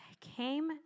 came